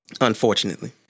Unfortunately